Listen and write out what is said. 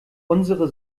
unsere